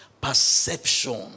perception